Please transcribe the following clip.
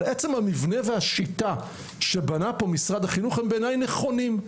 אבל עצם המבנה והשיטה שבנה פה משרד החינוך הם בעיניי נכונים.